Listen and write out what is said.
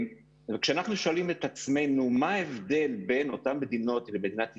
וכשאנחנו שואלים את עצמנו מה ההבדל בין אותן מדינות למדינת ישראל,